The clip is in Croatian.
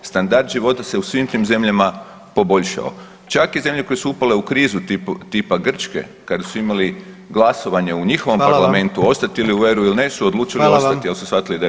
Standard života se u svim tim zemljama poboljšao, čak i zemlje koje su upale u krizu tipa Grčke kada su imali glasovanje u njihovom parlamentu ostati [[Upadica: Hvala vam.]] u EUR-u ili ne, su odlučili ostati [[Upadica: Hvala vam.]] jer su shvatili da je